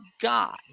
god